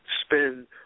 spend